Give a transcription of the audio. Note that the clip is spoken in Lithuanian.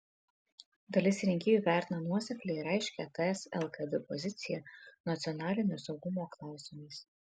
dalis rinkėjų vertina nuoseklią ir aiškią ts lkd poziciją nacionalinio saugumo klausimais